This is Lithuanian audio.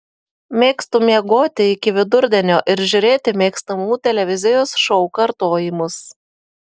mėgstu miegoti iki vidurdienio ir žiūrėti mėgstamų televizijos šou kartojimus